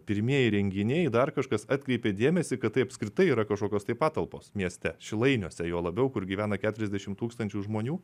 pirmieji renginiai dar kažkas atkreipė dėmesį kad tai apskritai yra kažkokios tai patalpos mieste šilainiuose juo labiau kur gyvena keturiasdešim tūkstančių žmonių